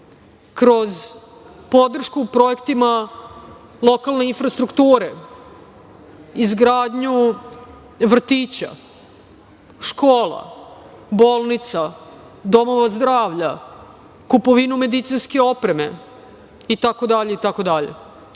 kroz podršku projektima lokalne infrastrukture, izgradnju vrtića, škola, bolnica, domova zdravlja, kupovinu medicinske opreme itd. Dakle,